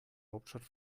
hauptstadt